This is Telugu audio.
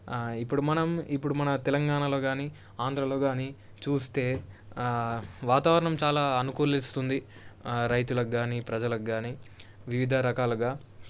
ఇప్పుడు మనం ఇప్పుడు మన తెలంగాణలో కానీ ఆంధ్రాలో కానీ చూస్తే వాతావరణం చాలా అనుకూలిస్తుంది రైతులకు కానీ ప్రజలకు కానీ వివిధ రకాలుగా